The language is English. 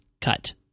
cut